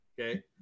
okay